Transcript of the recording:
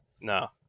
No